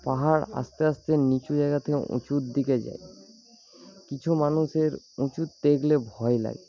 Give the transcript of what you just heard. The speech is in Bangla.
পাহাড় আসতে আসতে নিচু জায়গা থেকে উঁচুর দিকে যায় কিছু মানুষের উঁচু দেখলে ভয় লাগে